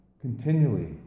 continually